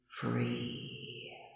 free